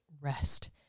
rest